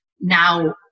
now